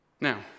Now